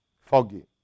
foggy